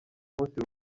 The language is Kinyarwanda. munsi